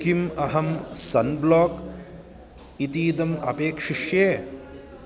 किम् अहं सन्ब्लोक् इत्येदम् अपेक्षिष्ये